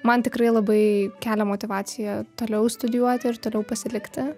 man tikrai labai kelia motyvaciją toliau studijuoti ir toliau pasilikti